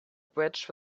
bridge